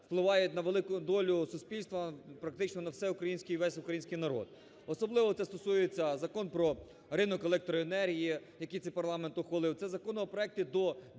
впливають на велику долю суспільства, практично на все українське... весь український народ. Особливо це стосується Закон по ринок електроенергії, який цей парламент ухвалив, це законопроекти до